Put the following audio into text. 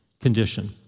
condition